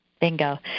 Bingo